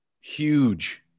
huge